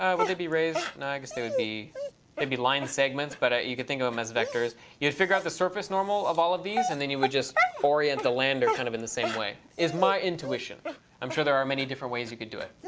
would they be rays? no, i guess they would be they'd be line segments but you could think of them as vectors. you'd figure out the surface normal of all of these and then you would just orient the lander kind of in the same way, is my intuition. i'm sure there are many different ways you could do it.